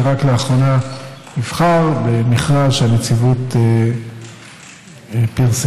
שרק לאחרונה נבחר במכרז שהנציבות פרסמה,